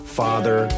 father